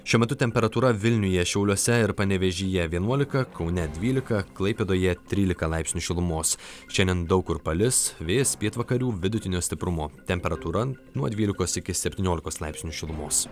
šiuo metu temperatūra vilniuje šiauliuose ir panevėžyje vienuolika kaune dvylika klaipėdoje trylika laipsnių šilumos šiandien daug kur palis vėjas pietvakarių vidutinio stiprumo temperatūra nuo dvylikos iki septyniolikos laipsnių šilumos